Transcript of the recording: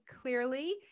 clearly